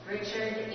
Richard